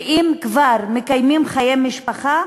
ואם כבר מקיימים חיי משפחה,